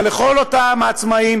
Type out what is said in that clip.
אבל לכל אותם העצמאים,